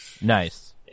Nice